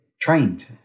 trained